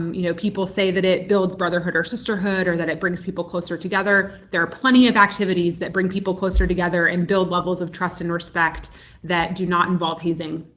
you know, people say that it builds brotherhood or sisterhood or that it brings people closer together there are plenty of activities that bring people closer together and build levels of trust and respect that do not involve hazing.